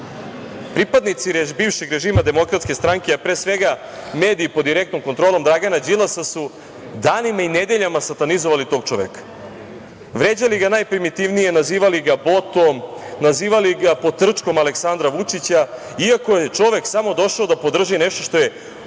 pripadnici bivšeg režima DS, pre svega mediji pod direktnom kontrolom Dragana Đilasa su danima i nedeljama satanizovali tog čoveka. Vređali ga najprimitivnije, nazivali ga botom, nazivali ga potrčkom Aleksandra Vučića iako je čovek samo došao da podrži nešto što je